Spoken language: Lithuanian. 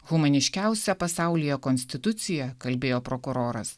humaniškiausia pasaulyje konstitucija kalbėjo prokuroras